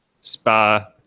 spa